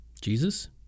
Jesus